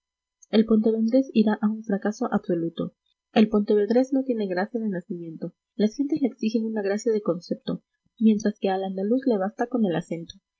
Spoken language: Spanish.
el pontevedrés irá a un fracaso absoluto el pontevedrés no tiene gracia de nacimiento las gentes le exigen una gracia de concepto mientras que al andaluz le basta con el acento